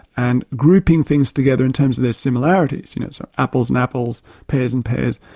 and grouping things together in terms of their similarities, you know, so apples and apples, pears and pears,